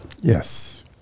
Yes